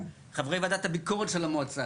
חברי ועדת הביקורת של המועצה,